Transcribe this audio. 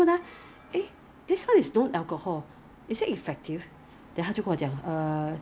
yeah muslim ah they I mean they are what I heard that they are not supposed to but of course there are